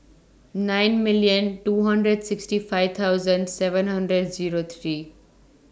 nine million two hundred sixty five thousand seven hundred Zero three